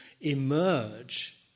emerge